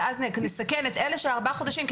אז בואו נעשה הפרדה בין אלה שקיבלו ארבעה חודשים או